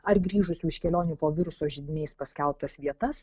ar grįžusių iš kelionių po viruso židiniais paskelbtas vietas